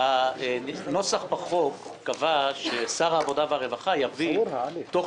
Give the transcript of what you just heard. הנוסח בחוק קבע ששר העבודה והרווחה יביא תוך